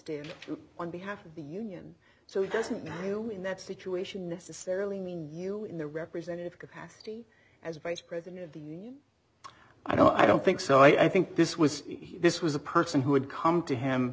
troop on behalf of the union so it doesn't matter you know in that situation necessarily mean you in the representative capacity as vice president of the union i don't i don't think so i think this was this was a person who had come to him